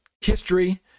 history